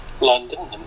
London